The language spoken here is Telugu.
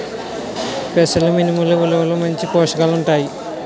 పెసలు మినుములు ఉలవల్లో మంచి పోషకాలు ఉంటాయి